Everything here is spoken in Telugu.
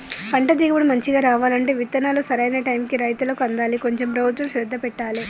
పంట దిగుబడి మంచిగా రావాలంటే విత్తనాలు సరైన టైముకు రైతులకు అందాలి కొంచెం ప్రభుత్వం శ్రద్ధ పెట్టాలె